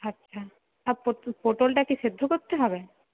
আচ্ছা আর পট পটলটা কি সিদ্ধ করতে হবে